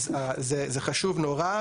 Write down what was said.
אז זה חשוב מאוד.